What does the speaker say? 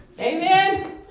Amen